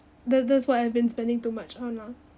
the that's what I've been spending too much on now